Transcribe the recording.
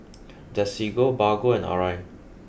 Desigual Bargo and Arai